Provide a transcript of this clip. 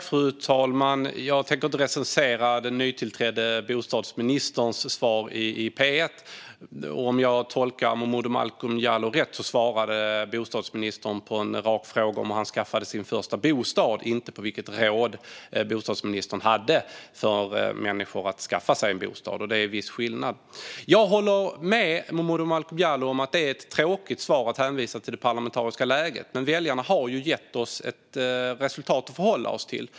Fru talman! Jag tänker inte recensera den nytillträdde bostadsministerns svar i P1. Om jag tolkar Momodou Malcolm Jallow rätt svarade bostadsministern på en rak fråga om hur han skaffade sin första bostad och inte om vilket råd bostadsministern hade för människor att skaffa sig en bostad, och det är en viss skillnad. Jag håller med Momodou Malcolm Jallow om att det är ett tråkigt svar att hänvisa till det parlamentariska läget. Men väljarna har gett oss ett resultat att förhålla oss till.